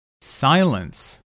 Silence